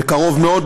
בקרוב מאוד,